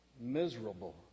miserable